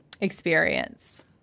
experience